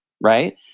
right